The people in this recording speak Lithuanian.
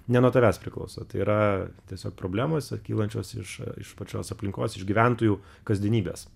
ne nuo tavęs priklauso tai yra tiesiog problemos kylančios iš iš pačios aplinkos iš gyventojų kasdienybės